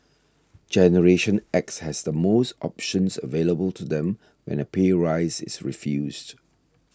generation X has the most options available to them when a pay rise is refused